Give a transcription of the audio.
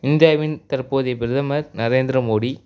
இந்தியாவின் தற்போதைய பிரதமர் நரேந்திர மோடி